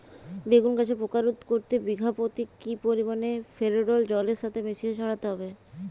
বেগুন গাছে পোকা রোধ করতে বিঘা পতি কি পরিমাণে ফেরিডোল জলের সাথে মিশিয়ে ছড়াতে হবে?